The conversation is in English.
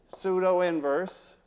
Pseudo-inverse